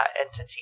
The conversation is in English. entity